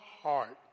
heart